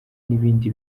n’ibindi